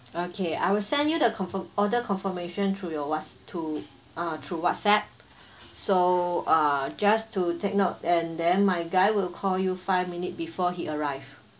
okay I will send you the confirmed order confirmation through your whats~ to uh through WhatsApp so uh just to take note and then my guy will call you five minutes before he arrived